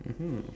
mmhmm